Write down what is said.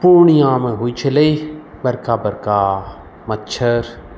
पुर्णियामे होइ छलै बड़का बड़का मच्छड़